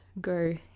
go